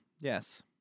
yes